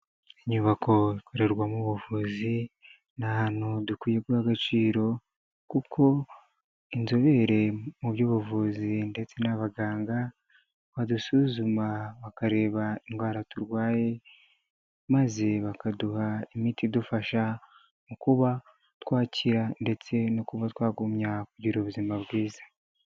Inyubako ikorerwamo ubuvuzi, ni ahantu dukwiye guha agaciro, kuko inzobere mu by'ubuvuzi ndetse n'abaganga badusuzuma bakareba indwara turwaye, maze bakaduha imiti idufasha mu kuba twakira ndetse no kuba twagumya kugira ubuzima bwiza.